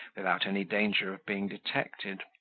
without any danger of being detected.